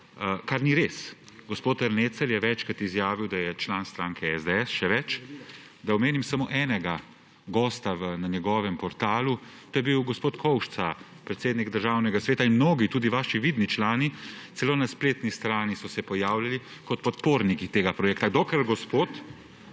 kar ni res. Gospod Ernecl je večkrat izjavil, da je član stranke SDS. Še več, omenim samo enega gosta na njegovem portalu, to je bil gospod Kovšca, predsednik Državnega sveta, in mnogi tudi vaši vidni člani, celo na spletni strani so se pojavljali kot podporniki tega projekta. Gospod